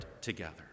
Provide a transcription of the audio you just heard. together